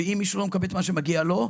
ואם מישהו לא מקבל את מה שמגיע לו,